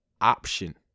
Option